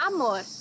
Amor